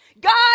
God